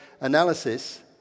analysis